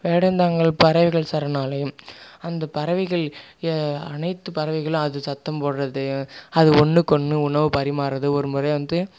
வேடந்தாங்கல் பறவைகள் சரணாலயம் அந்த பறவைகள் அனைத்து பறவைகளும் அது சத்தம் போடுறது அது ஒன்றுக்கொன்னு உணவு பரிமாறுவது ஒரு முறை வந்து